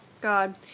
God